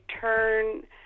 turn